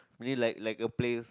meaning like like a place